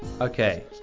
Okay